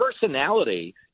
personality